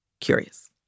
curious